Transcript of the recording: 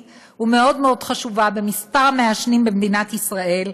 ומאוד מאוד חשובה במספר המעשנים במדינת ישראל,